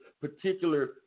particular